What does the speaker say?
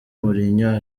mourinho